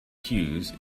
hughes